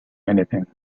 anything